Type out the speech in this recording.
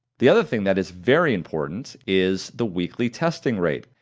the other thing that is very important is the weekly testing rate.